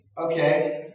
Okay